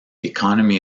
economy